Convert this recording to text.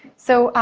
so,